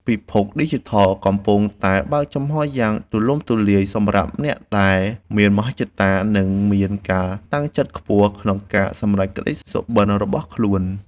ពិភពឌីជីថលកំពុងតែបើកចំហរយ៉ាងទូលំទូលាយសម្រាប់អ្នកដែលមានមហិច្ឆតា និងមានការតាំងចិត្តខ្ពស់ក្នុងការសម្រេចក្តីសុបិនរបស់ខ្លួន។